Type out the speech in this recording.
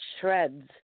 shreds